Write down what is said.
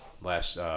last